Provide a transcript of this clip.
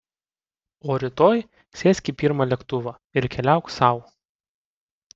o rytoj sėsk į pirmą lėktuvą ir keliauk sau